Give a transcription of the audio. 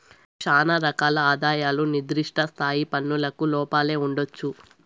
శానా రకాల ఆదాయాలు నిర్దిష్ట స్థాయి పన్నులకు లోపలే ఉండొచ్చు